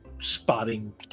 spotting